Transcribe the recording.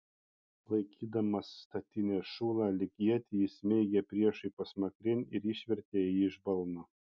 laikydamas statinės šulą lyg ietį jis smeigė priešui pasmakrėn ir išvertė jį iš balno